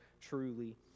truly